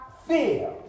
Fear